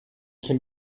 can